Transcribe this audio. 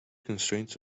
constraints